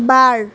बार